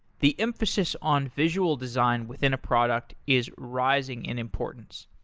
the emphasis on visual design within a product is rising in importance.